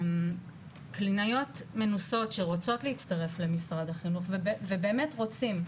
קלינאיות מנוסות שרוצות להצטרף למשרד החינוך ובאמת רוצים,